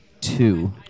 Two